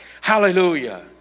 Hallelujah